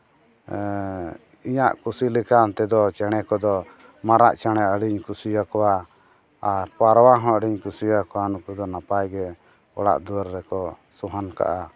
ᱤᱟᱹᱜ ᱠᱩᱥᱤ ᱞᱮᱠᱟᱱ ᱛᱮᱫᱚ ᱪᱮᱬᱮ ᱠᱚ ᱦᱚᱸ ᱢᱟᱨᱟᱫ ᱪᱮᱬᱮ ᱟᱹᱰᱤᱧ ᱠᱩᱥᱤᱭᱟᱠᱚᱣᱟ ᱟᱨ ᱯᱟᱨᱣᱟ ᱦᱚᱸ ᱟᱹᱰᱤᱧ ᱠᱩᱥᱤᱟᱠᱚᱣᱟ ᱱᱩᱠᱩ ᱫᱚ ᱱᱟᱯᱟᱭ ᱜᱮ ᱚᱲᱟᱜ ᱫᱩᱭᱟᱹᱨ ᱨᱮᱠᱚ ᱥᱩᱦᱟᱹᱱ ᱠᱟᱜᱟ